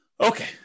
okay